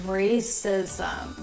racism